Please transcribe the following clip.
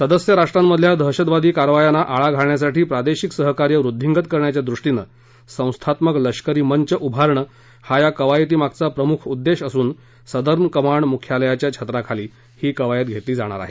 सदस्य राष्ट्रांमधल्या दहशतवादी कारवायांना आळा घालण्यासाठी प्रादेशिक सहकार्य वुद्धिंगत करण्याच्या द्रष्टीनं संस्थात्मक लष्करी मंच उभारणं हा या कवायतीमागचा प्रमुख उद्देश असुन सदर्न कमांड मुख्यालयाच्या छत्राखाली ही कवायत घेतली जाणार आहे